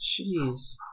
Jeez